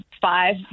five